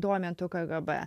domintų kgb